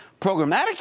Programmatic